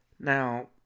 Now